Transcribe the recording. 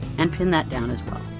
and pin that down as well.